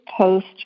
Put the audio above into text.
post